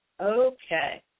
okay